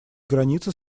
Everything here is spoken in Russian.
границы